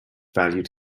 valued